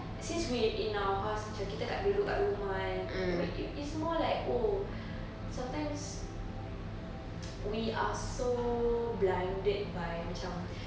since we're in our house macam kita kat duduk kat rumah kan it's more like oh sometimes we are so blinded macam